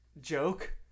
joke